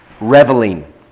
reveling